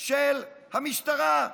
של המשטרה?